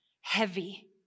heavy